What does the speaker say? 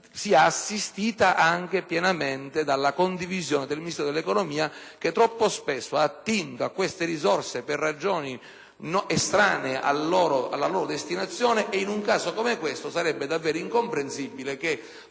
vi è piena condivisione anche da parte del Ministro dell'economia, che troppo spesso ha attinto a queste risorse per ragioni estranee alla loro destinazione: in un caso come questo sarebbe davvero incomprensibile che